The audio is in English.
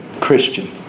Christian